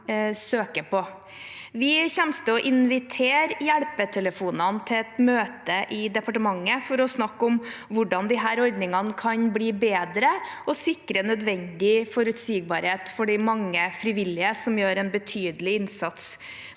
Vi kommer til å invitere hjelpetelefonene til et møte i departementet for å snakke om hvordan disse ordningene kan bli bedre og sikre nødvendig forutsigbarhet for de mange frivillige som gjør en betydelig innsats.